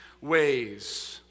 ways